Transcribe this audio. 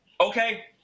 Okay